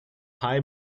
high